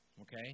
Okay